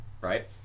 right